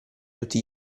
tutti